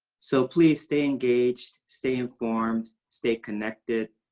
so please stay engaged, stay informed, stay connected,